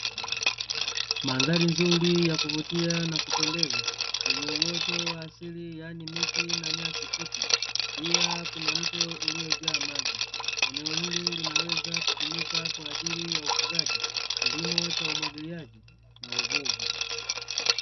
Mandhari nzuri ya kuvutia na kupendeza yenye uoto wa asili yaani miti na nyasi fupi, pia kuna mto uliojaa maji. Eneo hili linaweza kutumika kwa ajili ya ufugaji, kilimo cha umwagiliaji na uvuvi.